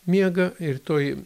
miega ir toj